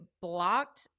blocked